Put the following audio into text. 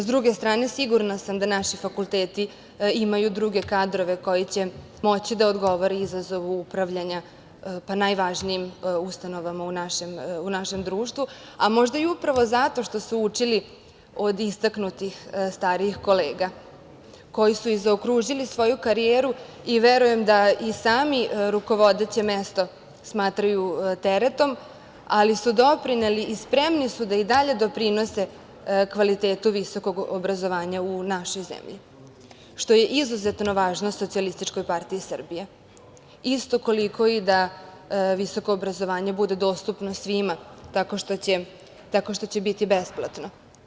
S druge strane, sigurna sam da naši fakulteti imaju druge kadrove koji će moći da odgovore izazovu upravljanja na najvažnijim ustanova u našem društvu, a možda upravo zato što su učili od istaknutih starijih kolega, koji su zaokružili svoju karijeru i verujem da i sami rukovodeće mesto smatraju teretom, ali su doprineli, i spremni su da i dalje doprinose kvalitetu visokog obrazovanja u našoj zemlji, što je izuzetno važno SPS, isto koliko da visoko obrazovanje bude dostupno svima, tako što će biti besplatno.